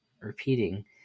repeating